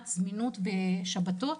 הזמינות בשבתות